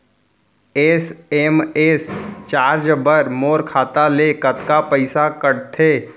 SMS charge बर मोर खाता ले कतका पइसा कटथे?